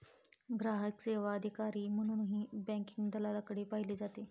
ग्राहक सेवा अधिकारी म्हणूनही बँकिंग दलालाकडे पाहिले जाते